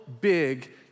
big